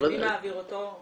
מי מעביר אותו?